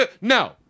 No